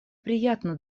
приятно